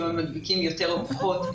אם הם מדביקים יותר או פחות,